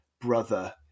brother